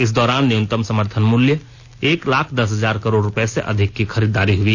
इस दौरान न्यूनतम समर्थन मूल्य एक लाख दस हजार करोड़ रुपये से अधिक की खरीदारी हुई